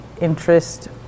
interest